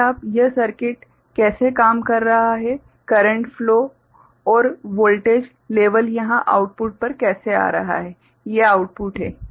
यह सर्किट कैसे काम कर रहा है करेंट फ्लो और वोल्टेज लेवल यहाँ आउटपुट पर कैसे आ रहा है ये आउटपुट है ठीक हैं